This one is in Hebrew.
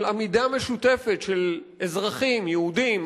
של עמידה משותפת של אזרחים יהודים,